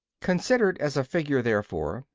considered as a figure, therefore,